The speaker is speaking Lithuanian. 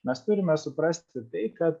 mes turime suprasti tai kad